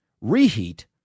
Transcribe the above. reheat